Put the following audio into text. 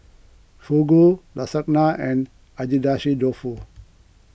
Fugu Lasagna and Agedashi Dofu